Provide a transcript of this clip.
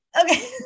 Okay